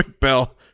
Bell